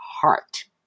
heart